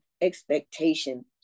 expectation